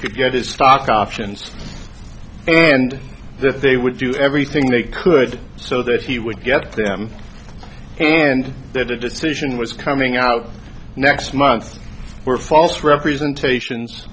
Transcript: could get his stock options and that they would do everything they could so that he would get them and that a decision was coming out next month were false representations